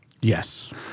Yes